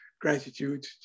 gratitude